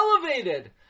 elevated